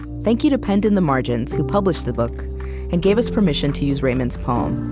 thank you to penned in the margins, who published the book and gave us permission to use raymond's poem.